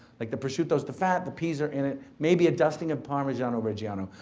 like, the prosciutto's the fat, the peas are in it maybe a dusting of parmesan origiano.